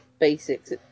basics